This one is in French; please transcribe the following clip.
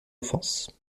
enfance